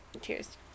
Cheers